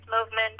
movement